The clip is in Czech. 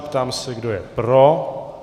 Ptám se, kdo je pro.